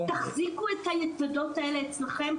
תחזיקו את היתדות האלה אצלכם,